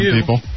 people